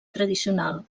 tradicional